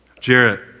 Jarrett